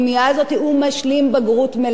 הוא הופך להיות מוביל חברתי.